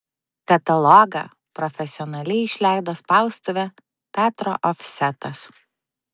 katalogą profesionaliai išleido spaustuvė petro ofsetas